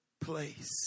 place